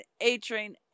A-Train